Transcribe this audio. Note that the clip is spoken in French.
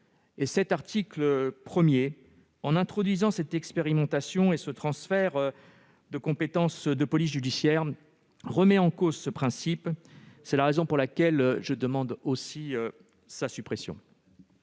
L'article 1, en introduisant cette expérimentation et ce transfert de compétences de police judiciaire, remet en cause ce principe. C'est la raison pour laquelle je demande à mon tour sa suppression.